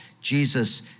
Jesus